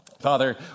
Father